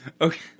Okay